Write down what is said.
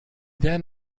then